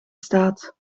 staat